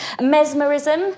Mesmerism